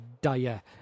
dire